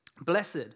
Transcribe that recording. Blessed